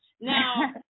Now